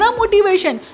motivation